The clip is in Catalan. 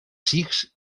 sikhs